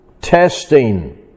Testing